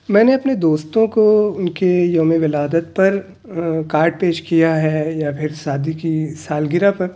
میں نےاپنے دوستوں کو ان کے یوم ولادت پر کارڈ پیش کیا ہے یا پھر شادی کی سالگرہ پر